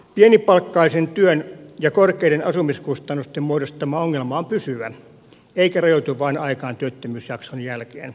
pienipalkkaisen työn ja korkeiden asumiskustannusten muodostama ongelma on pysyvä eikä rajoitu vain aikaan työttömyysjakson jälkeen